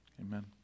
Amen